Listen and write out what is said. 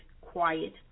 quiet